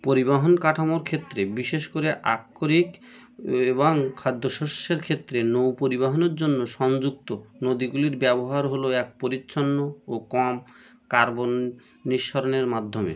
পরিবহণ কাঠামোর ক্ষেত্রে বিশেষ করে আক্ষরিক এবং খাদ্য শস্যের ক্ষেত্রে নৌ পরিবহনের জন্য সংযুক্ত নদীগুলির ব্যবহার হলো এক পরিচ্ছন্ন ও কম কার্বন নিঃসরণের মাধ্যমে